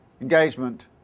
engagement